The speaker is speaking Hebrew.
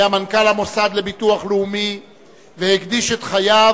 היה מנכ"ל המוסד לביטוח לאומי והקדיש את חייו